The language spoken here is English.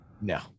no